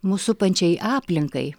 mus supančiai aplinkai